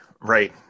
right